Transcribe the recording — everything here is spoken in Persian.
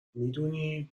میدونی